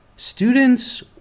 Students